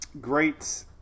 great